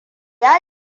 ta